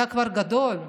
אתה כבר גדול,